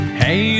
hey